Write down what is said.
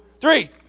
three